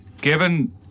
Given